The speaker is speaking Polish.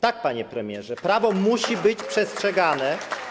Tak, panie premierze, prawo musi być przestrzegane.